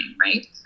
Right